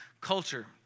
culture